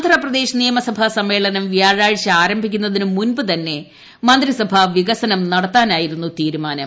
ആന്ധ്രപ്രദേശ് നിയമസഭാ സമ്മേളനം വ്യാഴാഴ്ച ആരംഭിക്കുന്നതിന് മുമ്പ് തന്നെ മന്ത്രിസഭാം വികസനം നടത്താനായിരുന്നു തീരുമാനം